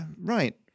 right